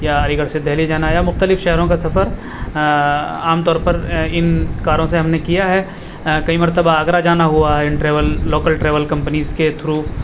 یا ع گڑھ سے دہلی جانا یا مختلف شہروں کا سفر عام طور پر ان کاروں سے ہم نے کیا ہے کئی مرتبہ آگرہ جانا ہوا ہے ان ٹریول لوکل ٹریول کمپنیز کے تھرو